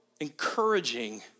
encouraging